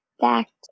fact